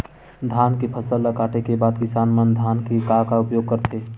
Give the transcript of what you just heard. धान के फसल ला काटे के बाद किसान मन धान के का उपयोग करथे?